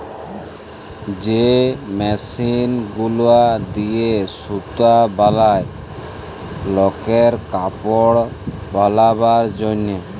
যে মেশিল গুলা দিয়ে সুতা বলায় লকর কাপড় বালাবার জনহে